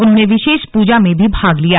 उन्होंने विशेष प्रजा में भी भाग लिया